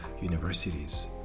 universities